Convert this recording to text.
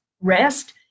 rest